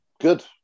Good